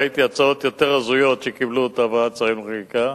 ראיתי הצעות יותר הזויות שקיבלו אותן בוועדת שרים לחקיקה.